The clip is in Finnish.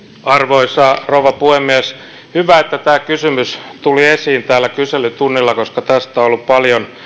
arvoisa rouva puhemies hyvä että tämä kysymys tuli esiin täällä kyselytunnilla koska tästä on ollut paljon